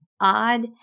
odd